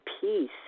peace